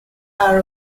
are